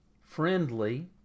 friendly